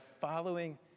following